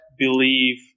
believe